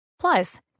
Plus